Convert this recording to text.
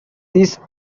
these